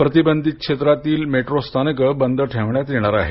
प्रतिबंधित क्षेत्रातील मेट्रो स्थानके बंद ठेवण्यात येणार आहेत